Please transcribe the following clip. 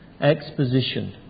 exposition